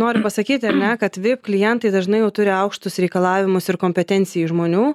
noriu pasakyti ar ne kad vip klientai dažnai jau turi aukštus reikalavimus ir kompetencijai žmonių